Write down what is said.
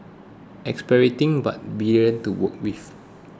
exasperating but brilliant to work with